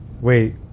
Wait